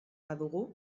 badugu